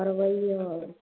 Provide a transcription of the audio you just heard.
करबैऔ आरो